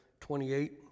28